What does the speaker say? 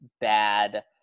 bad